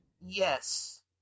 Yes